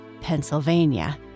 Pennsylvania